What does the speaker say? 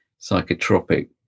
psychotropic